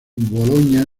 bologna